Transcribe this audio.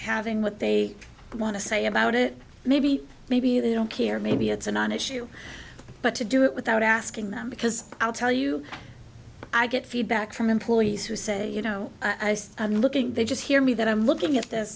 having what they want to say about it maybe maybe you don't care maybe it's a non issue but to do it without asking them because i'll tell you i get feedback from employees who say you know i'm looking they just hear me that i'm looking at th